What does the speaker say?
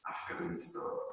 Afghanistan